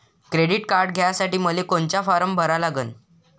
Credit card घ्यासाठी मले कोनचा फारम भरा लागन?